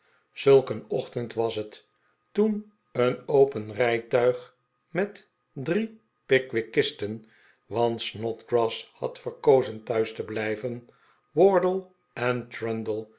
een ochtend was het toen een open rijtuig met drie pickwickisten want snodgrass had verkozen thuis te blijven wardle en